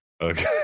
Okay